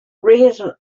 raising